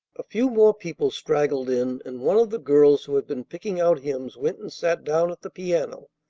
a few more people straggled in, and one of the girls who had been picking out hymns went and sat down at the piano.